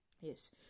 Yes